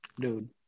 dude